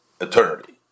eternity